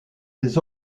des